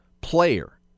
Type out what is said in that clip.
player